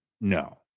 No